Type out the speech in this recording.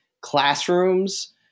classrooms